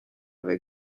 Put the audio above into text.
või